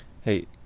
Hey